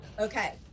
Okay